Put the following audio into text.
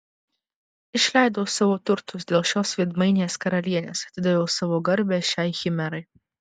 išleidau savo turtus dėl šios veidmainės karalienės atidaviau savo garbę šiai chimerai